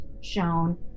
shown